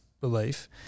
belief